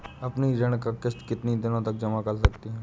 अपनी ऋण का किश्त कितनी दिनों तक जमा कर सकते हैं?